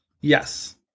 yes